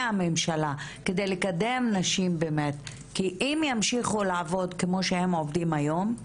הממשלה כדי לקדם נשים באמת כי אם ימשיכו לעבוד כמו שהם עובדים היום,